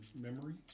memory